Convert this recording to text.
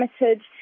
limited